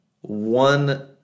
one